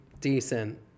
decent